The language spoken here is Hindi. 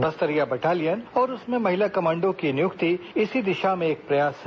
बस्तरिया बटालियन और उसमें महिला कमांडो की नियुक्ति इसी दिशा में एक प्रयास है